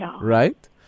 Right